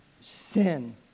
sin